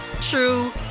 true